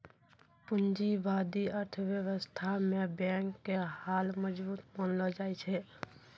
पूंजीबादी अर्थव्यवस्था मे बैंक के हाल मजबूत मानलो जाय छै